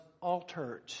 altered